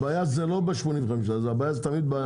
הבעיה היא לא ב-78%, הבעיה היא ביתרה.